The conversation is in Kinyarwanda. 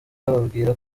ababwira